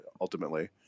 ultimately